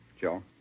Joe